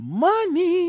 Money